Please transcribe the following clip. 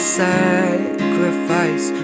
sacrifice